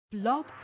Blog